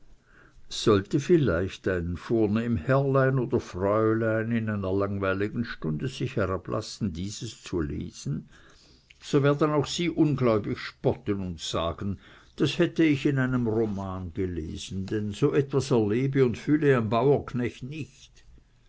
sollte vielleicht ein vornehm herrlein oder fräulein in einer langweiligen stunde sich herablassen dieses zu lesen so werden auch sie ungläubig spotten und sagen das hätte ich in einem romane gelesen denn so etwas erlebe und fühle ein bauernknecht nicht